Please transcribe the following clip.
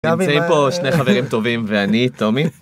נמצאים פה שני חברים טובים ואני, טומי.